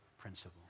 principle